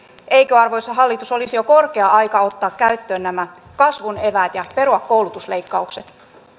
eikö arvoisa hallitus olisi jo korkea aika ottaa käyttöön nämä kasvun eväät ja perua koulutusleikkaukset